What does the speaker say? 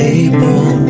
able